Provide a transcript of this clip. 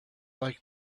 like